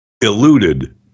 eluded